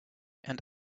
and